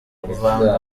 kuvanga